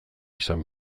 izan